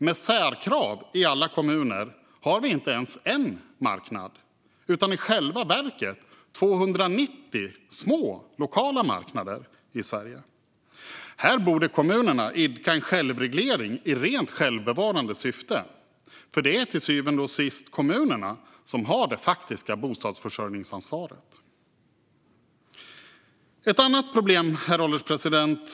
Med särkrav i alla kommuner har vi inte ens en marknad utan i själva verket 290 små, lokala marknader i Sverige. Här borde kommunerna idka en självreglering i rent självbevarande syfte, för det är till syvende och sist kommunerna som har det faktiska bostadsförsörjningsansvaret. Herr ålderspresident!